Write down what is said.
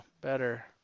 better